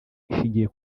ishingiye